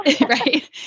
right